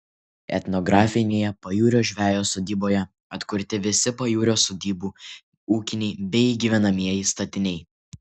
etnografinėje pajūrio žvejo sodyboje atkurti visi pajūrio sodybų ūkiniai bei gyvenamieji statiniai